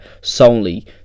solely